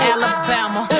Alabama